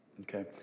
Okay